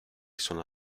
sono